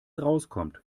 rauskommt